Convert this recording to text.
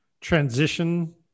transition